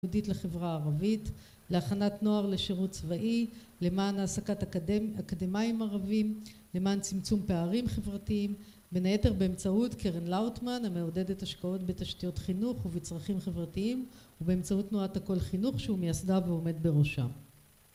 יהודית בין חברה ערבית, להכנת נוער לשירות צבאי, למען העסקת אקדמיים ערבים, למען צמצום פערים חברתיים, בין היתר באמצעות קרן לאוטמן המעודדת השקעות בתשתיות חינוך ובצרכים חברתיים ובאמצעות תנועת הכל חינוך שהוא מייסדה ועומד בראשה.